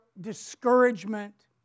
discouragement